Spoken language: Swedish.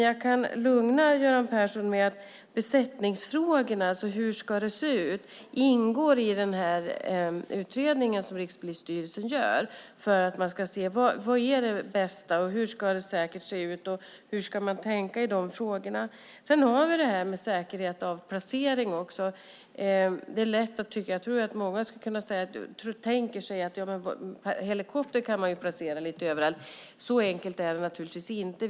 Jag kan lugna Göran Persson med att frågan om besättning ingår i den utredning som Rikspolisstyrelsen gör. Där tittar man på vad som är det bästa, hur man ska tänka när det gäller just dessa frågor. Sedan har vi frågan om placering och säkerhet. Många tänker nog att en helikopter kan placeras lite överallt. Så enkelt är det naturligtvis inte.